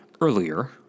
earlier